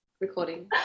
recording